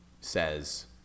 says